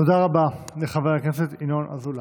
תודה רבה לחבר הכנסת ינון אזולאי.